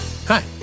Hi